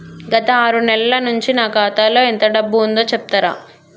గత ఆరు నెలల నుంచి నా ఖాతా లో ఎంత డబ్బు ఉందో చెప్తరా?